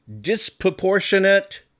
disproportionate